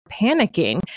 panicking